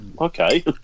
okay